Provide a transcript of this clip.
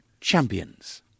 champions